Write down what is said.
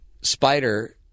Spider